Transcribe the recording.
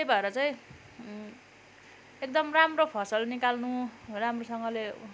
त्यही भएर चाहिँ एकदम राम्रो फसल निकाल्नु राम्रोसँगले